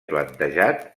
plantejat